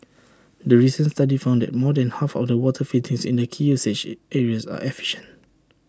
the recent study found that more than half of the water fittings in the key usage areas are efficient